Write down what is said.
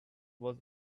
was